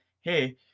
hey